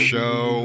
Show